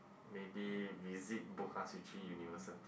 maybe visit Bogazici University